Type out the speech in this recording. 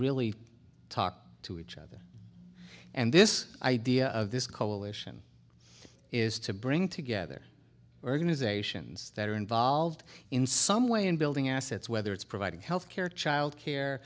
really talk to each other and this idea of this coalition is to bring together organizations that are involved in some way in building assets whether it's providing health care child care